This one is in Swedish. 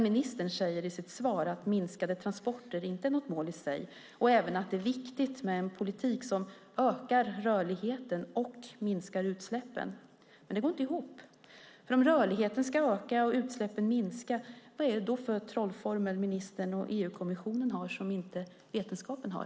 Ministern säger också i sitt svar att minskade transporter inte är något mål i sig och även att det är viktigt med en politik som ökar rörligheten och minskar utsläppen. Men det går inte ihop. Om rörligheten ska öka och utsläppen minska, vad är det då för trollformel som ministern och EU-kommissionen har som inte vetenskapen har?